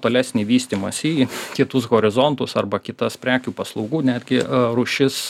tolesnį vystymąsi į kitus horizontus arba kitas prekių paslaugų netgi rūšis